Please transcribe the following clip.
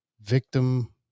victim